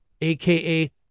aka